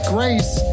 Grace